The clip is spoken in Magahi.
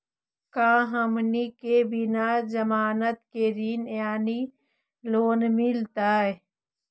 का हमनी के बिना जमानत के ऋण यानी लोन मिलतई?